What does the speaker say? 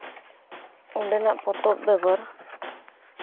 ᱚᱸᱰᱮᱱᱟᱜ ᱯᱚᱛᱚᱵ ᱵᱮᱜᱚᱨ